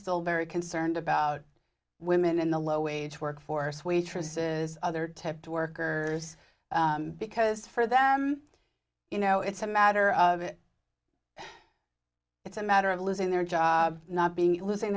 still very concerned about women in the low wage workforce waitresses other temp the workers because for them you know it's a matter of it it's a matter of losing their job not being losing